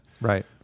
Right